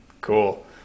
Cool